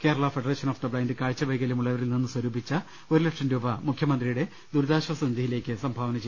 Kerala federation of the blind കാഴ്ച വൈകല്യമുള്ളവ രിൽ നിന്ന് സ്വരൂപിച്ച ഒരു ലക്ഷം രൂപ മുഖ്യമന്ത്രിയുടെ ദുരിതാശാസ നിധിയി ലേക്ക് സംഭാവന നൽകി